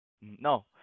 No